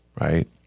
right